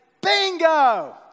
Bingo